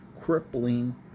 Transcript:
crippling